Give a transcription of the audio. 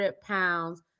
pounds